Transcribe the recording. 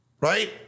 Right